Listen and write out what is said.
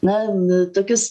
na tokius